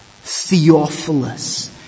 Theophilus